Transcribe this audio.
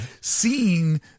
seeing